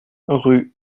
rue